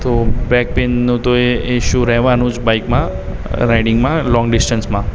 તો બૅક પેઇનનો તો એ ઇશ્યૂ રહેવાનો જ બાઈકમાં રાઇડિંગમા લૉંગ ડિસ્ટન્સમાં